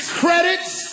credits